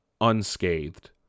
unscathed